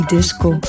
Disco